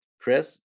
Chris